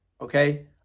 okay